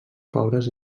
pobres